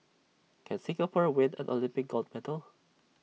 can Singapore win an Olympic gold medal